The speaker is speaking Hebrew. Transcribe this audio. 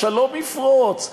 השלום יפרוץ?